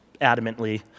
adamantly